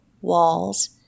walls